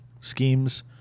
schemes